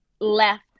left